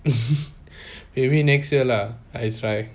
maybe next year lah I try